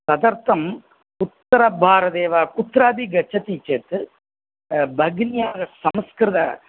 तदर्थम् उत्तरभारते वा कुत्रापि गच्छति चेत् भगिन्याः संस्कृत